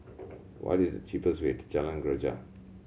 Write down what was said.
what is the cheapest way to Jalan Greja